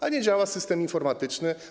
A nie działa system informatyczny.